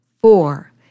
Four